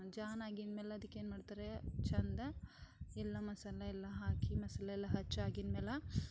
John ಆಗಿದ್ಮೇಲೆ ಅದಕ್ಕೆ ಏನ್ಮಾಡ್ತಾರೆ ಚೆಂದ ಎಲ್ಲ ಮಸಾಲೆ ಎಲ್ಲ ಹಾಕಿ ಮಸಾಲೆಯೆಲ್ಲ ಹಚ್ಚಾಗಿದ್ಮೇಲೆ